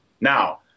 Now